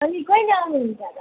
अनि कहिले आउनुहुन्छ त